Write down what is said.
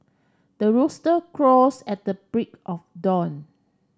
the rooster crows at the break of dawn